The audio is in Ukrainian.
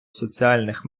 соціальних